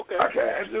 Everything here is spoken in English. Okay